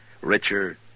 Richer